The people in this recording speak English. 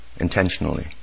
Intentionally